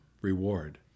reward